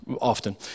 Often